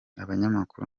abanyamakuru